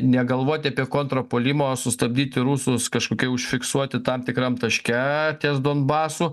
negalvoti apie kontrpuolimą o sustabdyti rusus kažkokia užfiksuoti tam tikram taške ties donbasu